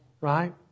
right